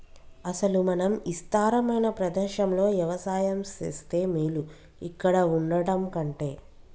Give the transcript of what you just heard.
అసలు మనం ఇస్తారమైన ప్రదేశంలో యవసాయం సేస్తే మేలు ఇక్కడ వుండటం కంటె